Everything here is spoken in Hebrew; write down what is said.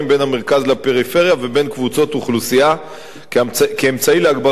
לפריפריה ובין קבוצות אוכלוסייה כאמצעי להגברת הנגישות